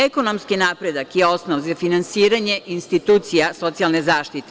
Ekonomski napredak je osnov za finansiranje institucija socijalne zaštite.